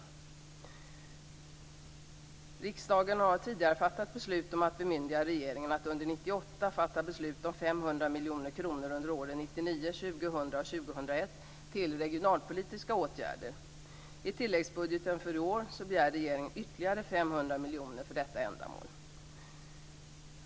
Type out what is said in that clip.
Riksdagen har tidigare fattat beslut om att bemyndiga regeringen att under 1998 fatta beslut om till regionalpolitiska åtgärder. I tilläggsbudgeten för i år begärde regeringen ytterligare 500 miljoner kronor för detta ändamål.